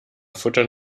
futtern